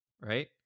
right